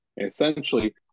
Essentially